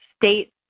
state